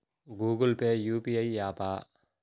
Google Pay UPI య్యాపా?